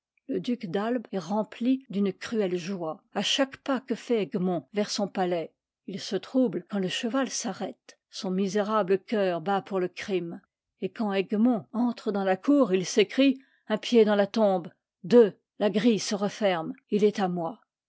le duc d'albe est rempli d'une cruelle joie à chaque pas que fait egmont vers son palais il se trouble quand le cheval s'arrête son misérable cceur bat pour le crime et quand egmont entre dans la cour il s'écrie un pied dans la tombe deux la grille se referme il est à moi